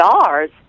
stars